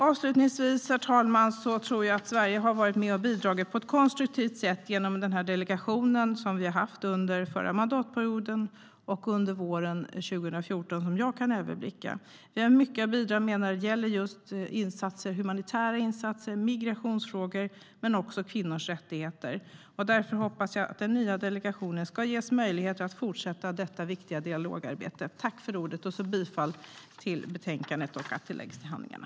Avslutningsvis tror jag att Sverige har varit med och bidragit på ett konstruktivt sätt genom denna delegation som vi har haft under förra mandatperioden och under våren 2014, som jag kan överblicka. Vi har mycket att bidra med när det gäller just humanitära insatser, migrationsfrågor och kvinnors rättigheter. Därför hoppas jag att den nya delegationen ska ges möjligheter att fortsätta detta viktiga dialogarbete. Jag yrkar bifall till förslaget i betänkandet och att det läggs till handlingarna.